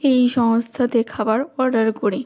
এই সংস্থাতে খাবার অর্ডার করে